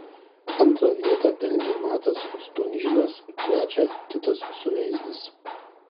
antrą vietą pelnė matas stunžinas trečią titas suveizdis